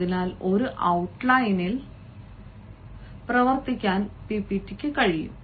അതിനാൽ ഒരു ഔട്ട്ലൈനിൽ പ്രവർത്തിക്കാൻ പിപിറ്റിക്കു കഴിയും